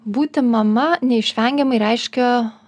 būti mama neišvengiamai reiškia